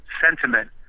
sentiment